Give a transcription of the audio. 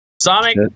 Sonic